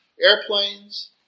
airplanes